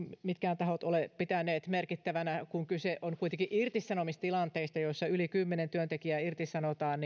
mitkään tahot ole pitäneet merkittävänä kun kyse on kuitenkin irtisanomistilanteista joissa yli kymmenen työntekijää irtisanotaan